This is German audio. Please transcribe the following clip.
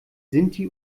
sinti